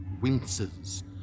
winces